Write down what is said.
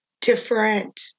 different